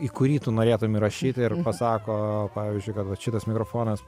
į kurį tu norėtum įrašyti ir pasako pavyzdžiui kad vat šitas mikrofonas